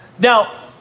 Now